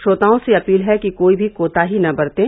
श्रोताओं से अपील है कि कोई भी कोताही न बरतें